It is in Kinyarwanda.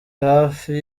hafi